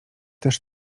też